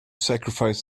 sacrifice